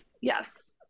Yes